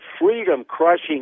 freedom-crushing